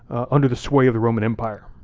under the sway of the roman empire.